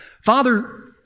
Father